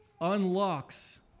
unlocks